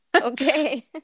Okay